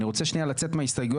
אני רוצה שנייה לצאת מההסתייגויות